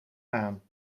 aan